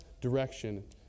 direction